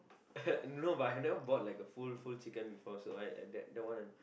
no but I've never bought like a full full chicken before so I I that one